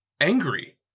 angry